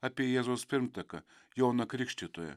apie jėzaus pirmtaką joną krikštytoją